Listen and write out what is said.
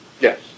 Yes